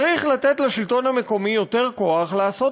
צריך לתת לשלטון המקומי יותר כוח לעשות